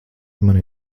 mani